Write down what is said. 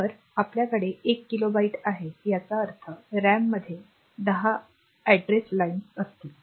तर आमच्याकडे एक किलो बाइट आहे याचा अर्थ रॅममध्ये 10 पत्ते लाइन्स असतील